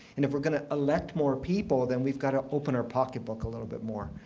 and if we're going to elect more people, then we've got to open our pocketbook a little bit more.